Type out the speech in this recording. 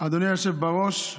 אדוני היושב-ראש,